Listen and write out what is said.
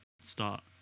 Start